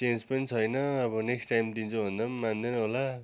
change पनि छैन अब नेक्स्ट टाइम दिन्छु भन्दा पनि मान्दैन होला